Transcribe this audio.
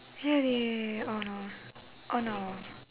really oh no oh no